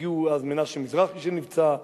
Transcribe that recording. הגיעו אז מנשה מזרחי שנפצע,